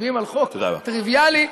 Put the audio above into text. תודה רבה.